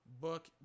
book